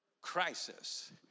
crisis